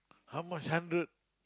how much hundred